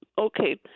Okay